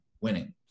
winning